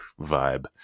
vibe